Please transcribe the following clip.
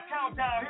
Countdown